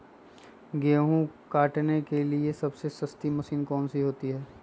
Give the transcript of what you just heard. गेंहू काटने के लिए सबसे सस्ती मशीन कौन सी होती है?